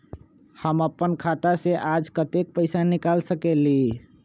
हम अपन खाता से आज कतेक पैसा निकाल सकेली?